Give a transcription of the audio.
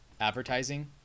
advertising